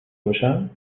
باشم